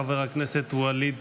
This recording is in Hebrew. חבר הכנסת וליד